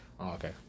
Okay